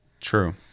true